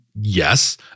Yes